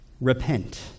Repent